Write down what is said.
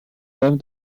dame